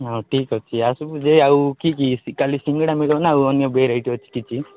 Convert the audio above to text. ହଁ ଠିକ୍ ଅଛି ଆଉ ସବୁ ଯେ ଆଉ କି କି ଖାଲି ସିଙ୍ଗେଡ଼ା ମିଳିବ ନା ଆଉ ଅନ୍ୟ ଭେରାଇଟ୍ ଅଛି କିଛି